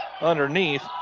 underneath